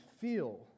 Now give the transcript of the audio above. feel